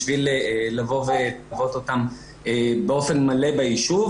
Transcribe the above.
בשביל לבוא וללוות אותם באופן מלא בישוב.